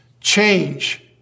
Change